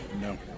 No